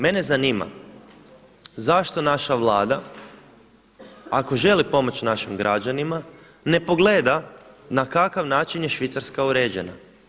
Mene zanima, zašto naša Vlada ako želi pomoći našim građanima ne pogleda na kakav način je Švicarska uređena.